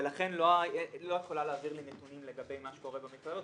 ולכן לא היא יכולה להעביר לי נתונים לגבי מה שקורה במכללות.